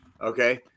Okay